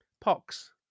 Pox